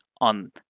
on